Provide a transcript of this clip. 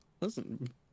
listen